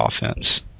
offense